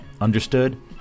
Understood